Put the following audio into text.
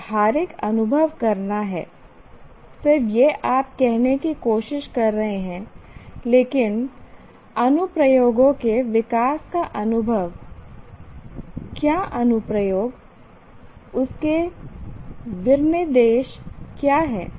व्यावहारिक अनुभव करना है सिर्फ यह आप कहने की कोशिश कर रहे हैं लेकिन अनुप्रयोगों के विकास का अनुभव क्या अनुप्रयोग उस के विनिर्देश क्या हैं